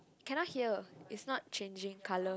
cannot hear its not changing color